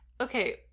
Okay